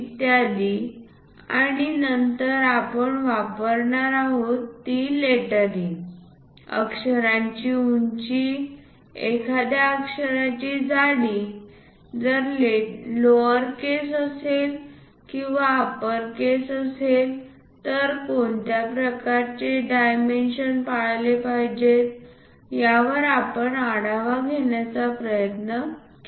इत्यादी आणि नंतर आपण वापरणार आहोत ती लेटरिंग अक्षराची उंची एखाद्या अक्षराची जाडी जर लोअरकेस असेल किंवा अपरकेस असेल तर कोणत्या प्रकारचे डायमेंशन पाळले पाहिजेत यावर आपण आढावा घेण्याचा प्रयत्न केला